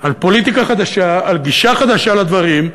על פוליטיקה חדשה, על גישה חדשה לדברים,